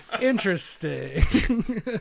Interesting